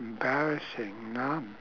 embarrassing none